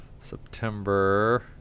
September